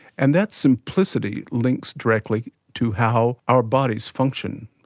and that simplicity links directly to how our bodies function.